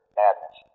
madness